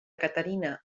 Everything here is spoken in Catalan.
caterina